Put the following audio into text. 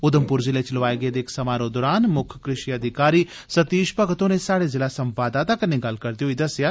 उघमपुर जिले च लोआए गेदे इक समारोह दौरान मुक्ख कृषि अधिकारी सतीष भगत होरें स्हाड़े जिला संवाददाता कन्नै गल्ल करदे होई दस्सेआ